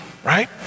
right